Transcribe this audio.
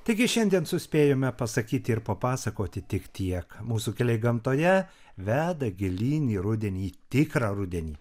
taigi šiandien suspėjome pasakyti ir papasakoti tik tiek mūsų keliai gamtoje veda gilyn į rudenį tikrą rudenį